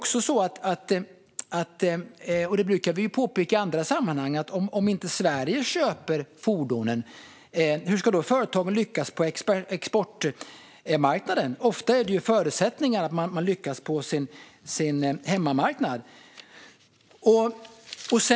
Vi brukar påpeka i andra sammanhang att om inte Sverige köper fordonen, hur ska då företagen lyckas på exportmarknaden? Ofta är ju förutsättningen för det att man lyckas på sin hemmamarknad.